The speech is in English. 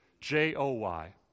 J-O-Y